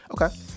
Okay